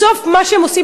בסוף מה שהם עושים,